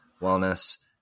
wellness